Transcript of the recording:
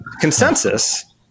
consensus